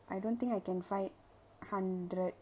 I don't think I can fight hundred